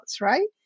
right